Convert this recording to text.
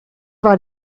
war